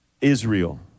Israel